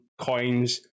Coins